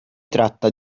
tratta